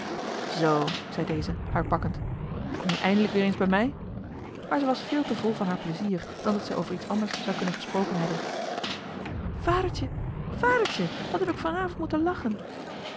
zoo zei deze haar pakkend kom-je eindelijk weer eens bij mij maar ze was veel te vol van haar plezier dan dat zij over iets anders zou kunnen gesproken hebben vadertje vadertje wat heb ik vanavond moeten lachen